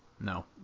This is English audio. No